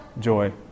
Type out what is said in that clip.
joy